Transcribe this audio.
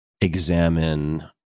examine